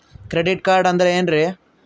Credit card ಅಂದ್ರ ಏನ್ರೀ?